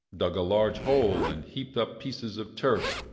dug a large hole, and heaped up pieces of turf.